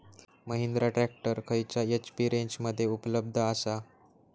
Mahindra tractor खयल्या एच.पी रेंजमध्ये उपलब्ध आसा?